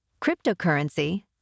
cryptocurrency